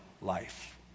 life